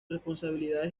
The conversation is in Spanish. responsabilidades